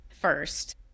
first